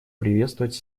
приветствовать